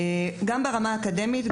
גם ברמה האקדמית,